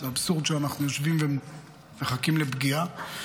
זה אבסורד שאנחנו יושבים ומחכים לפגיעה,